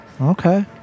Okay